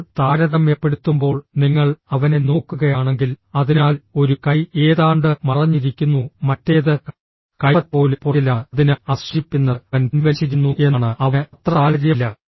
ഇപ്പോൾ താരതമ്യപ്പെടുത്തുമ്പോൾ നിങ്ങൾ അവനെ നോക്കുകയാണെങ്കിൽ അതിനാൽ ഒരു കൈ ഏതാണ്ട് മറഞ്ഞിരിക്കുന്നു മറ്റേത് കൈപ്പത്തി പോലും പുറകിലാണ് അതിനാൽ അത് സൂചിപ്പിക്കുന്നത് അവൻ പിൻവലിച്ചിരിക്കുന്നു എന്നാണ് അവന് അത്ര താൽപ്പര്യമില്ല